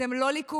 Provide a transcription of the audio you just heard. אתם לא ליכוד,